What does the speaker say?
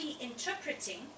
interpreting